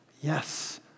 Yes